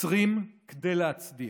עוצרים כדי להצדיע: